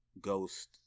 Ghost